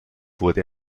wurde